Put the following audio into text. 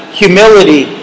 humility